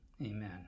amen